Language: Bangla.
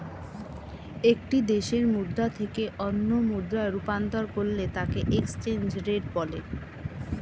একটি দেশের মুদ্রা থেকে অন্য মুদ্রায় রূপান্তর করলে তাকেএক্সচেঞ্জ রেট বলে